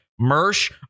Mersh